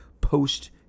post